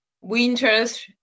winters